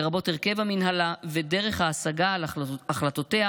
לרבות הרכב המינהלה ודרך ההשגה על החלטותיה